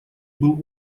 был